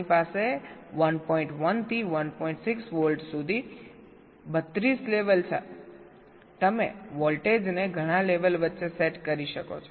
6 volt સુધી 32 level છે તમે વોલ્ટેજને ઘણા લેવલ વચ્ચે સેટ કરી શકો છો